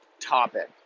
topic